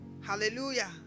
Hallelujah